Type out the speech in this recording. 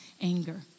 anger